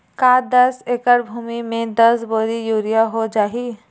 का दस एकड़ भुमि में दस बोरी यूरिया हो जाही?